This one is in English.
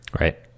Right